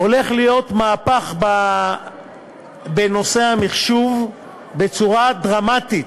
הולך להיות מהפך בנושא המחשוב בצורה דרמטית,